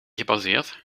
gebaseerd